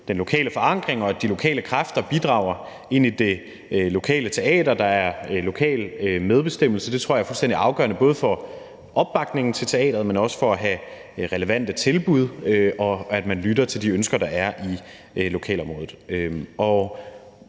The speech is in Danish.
den lokale forankring, og at de lokale kræfter bidrager i det lokale teater, og at der er lokal medbestemmelse – det tror jeg er fuldstændig afgørende, både for opbakningen til teatret, men også for at have relevante tilbud – og at man lytter til de ønsker, der er i lokalområdet.